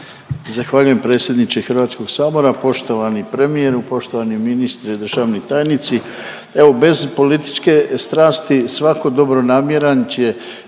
Zahvaljujem predsjedniče Hrvatskog sabora. Poštovani premijeru, poštovani ministre i državni tajnici, evo bez političke strasti svako dobronamjeran će